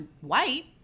white